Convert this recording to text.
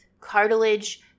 cartilage